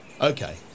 Okay